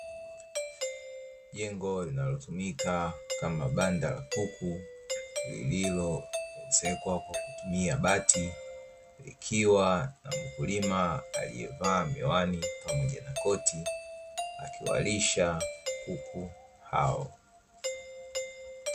Jengo linalotumika kama banda la kuku lililoezekwa kwa kutumia bati, likiwa na mkulima aliyevaa miwani pamoja na koti akiwalisha kuku hao.